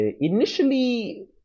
initially